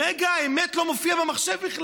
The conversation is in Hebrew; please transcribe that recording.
ברגע האמת לא מופיע בכלל במחשב.